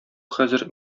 хәзер